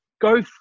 Go